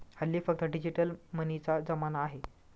हल्ली फक्त डिजिटल मनीचा जमाना आहे